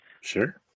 Sure